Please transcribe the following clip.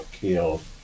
killed